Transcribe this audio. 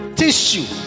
tissue